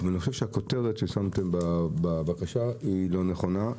אבל אני חושב שהכותרת ששמתם בבקשה היא לא נכונה,